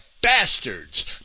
Bastards